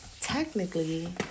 technically